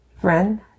Friend